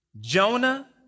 Jonah